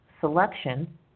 selection